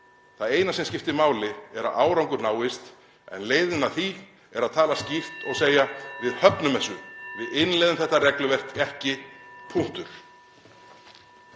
Það eina sem skiptir máli er að árangur náist en leiðin að því er að tala(Forseti hringir.) skýrt og segja: Við höfnum þessu, við innleiðum þetta regluverk ekki, punktur.